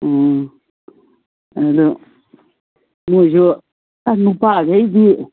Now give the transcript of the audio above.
ꯎꯝ ꯑꯗꯣ ꯃꯣꯏꯁꯨ ꯑꯥ ꯅꯨꯄꯥꯒꯩꯗꯤ